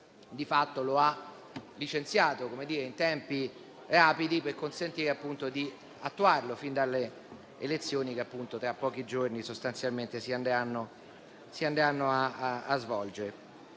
di fatto lo ha licenziato in tempi rapidi, per consentire di attuarlo fin dalle elezioni che si andranno a svolgere